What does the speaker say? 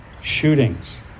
shootings